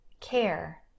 care